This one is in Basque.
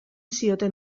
zioten